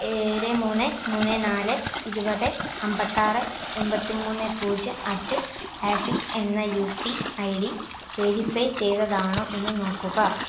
ഏഴ് മൂന്ന് മൂന്ന് നാല് ഇരുപത് അമ്പത്താറ് എൺപത്തി മൂന്ന് പൂജ്യം അറ്റ് ആക്സിസ് എന്ന U P I D verify ചെയ്തതാണോ എന്ന് നോക്കുക